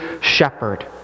shepherd